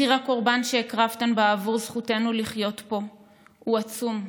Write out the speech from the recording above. מחיר הקורבן שהקרבתן בעבור זכותנו לחיות פה הוא עצום,